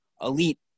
elite